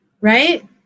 right